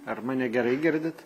ar mane gerai girdit